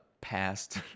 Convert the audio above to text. past